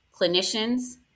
clinicians